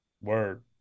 Word